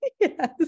Yes